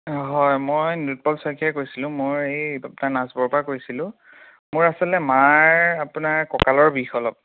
হয় মই নিলোৎপল শইকিয়াই কৈছিলোঁ মই এই পৰা কৈছিলোঁ মোৰ আচলতে মাৰ আপোনাৰ ককালৰ বিষ হয় অলপ